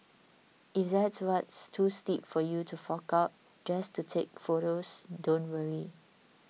if that's too steep for you to fork out just take photos don't worry